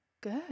Good